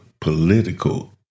political